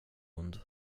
hund